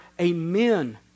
amen